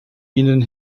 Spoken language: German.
ihnen